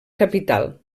capital